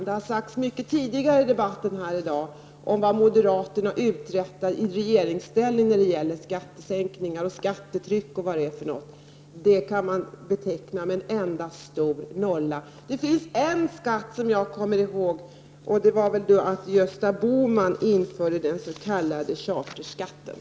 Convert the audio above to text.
Det har sagts mycket tidigare i debatten här i dag om vad moderaterna uträttade i regeringsställning när det gäller skattesänkningar och skattetryck. Det kan man beteckna med en enda stor nolla. Det finns en skatt som jag kommer ihåg. Gösta Bohman införde den s.k. charterskatten.